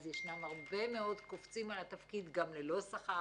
אז יש הרבה מאוד קופצים על התפקיד גם ללא שכר,